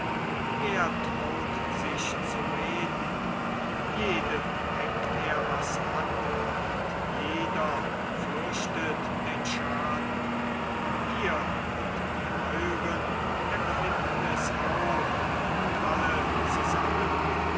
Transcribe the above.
wer traut sich zu reden jedem hängt er was an und jeder fürchtet den schaden ihr und die euren empfinden es auch und alle zusammen